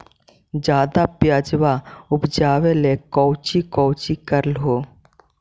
ज्यादा प्यजबा उपजाबे ले कौची कौची कर हो?